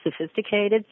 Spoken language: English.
sophisticated